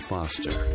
Foster